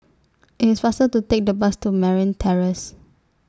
IT IS faster to Take The Bus to Marine Terrace